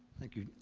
thank you.